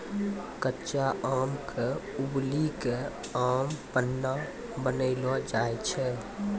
कच्चा आम क उबली कॅ आम पन्ना बनैलो जाय छै